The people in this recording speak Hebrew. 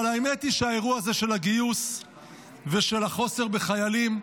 אבל האמת היא שהאירוע הזה של הגיוס ושל החוסר בחיילים,